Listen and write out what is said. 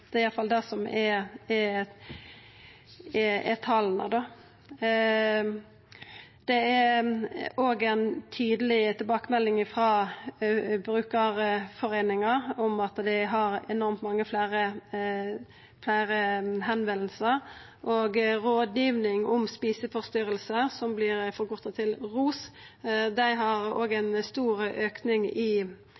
det er iallfall det som er tala. Det er òg ei tydeleg tilbakemelding frå brukarforeiningar om at det er enormt mange fleire som tar kontakt. Rådgivning om spiseforstyrrelser, som vert forkorta til ROS, har òg ein stor auke i talet på dei som tar kontakt, og